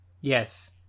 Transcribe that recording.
Yes